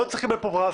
לא צריך לקבל פה פרס,